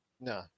No